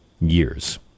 years